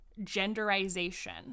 genderization